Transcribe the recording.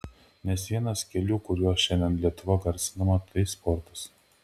nes vienas kelių kuriuo šiandien lietuva garsinama tai sportas